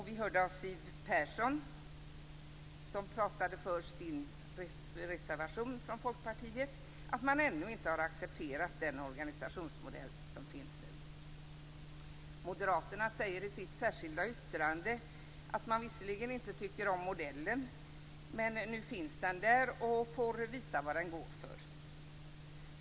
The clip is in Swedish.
Vi hörde Siw Persson prata för reservationen från Folkpartiet. Folkpartiet har ännu inte accepterat den nuvarande organisationsmodellen. Moderaterna säger i sitt särskilda yttrande att man visserligen inte tycker om modellen, men nu finns den där och får visa vad den går för.